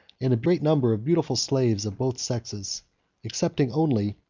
and a great number of beautiful slaves of both sexes excepting only,